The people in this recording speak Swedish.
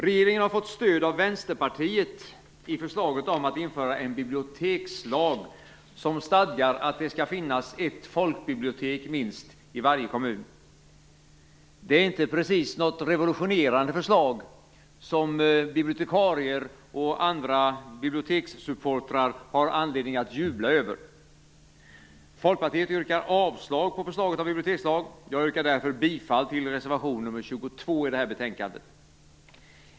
Regeringen har fått stöd av Vänsterpartiet i förslaget om att införa en bibliotekslag som stadgar att det skall finnas minst ett folkbibliotek i varje kommun. Det är inte precis något revolutionerande förslag som bibliotekarier och andra bibliotekssupportrar har anledning att jubla över. Folkpartiet yrkar avslag på förslaget om bibliotekslag. Jag yrkar därför bifall till reservation nummer 22 till det här betänkandet.